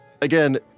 Again